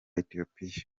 ethiopia